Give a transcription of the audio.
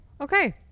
okay